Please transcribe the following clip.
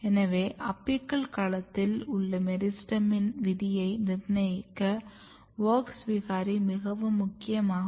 எனவே அபிக்கல் களத்தில் உள்ள மெரிஸ்டெமின் விதியை நிர்ணயக்க WOX விகாரை மிகவும் முக்கியமாகும்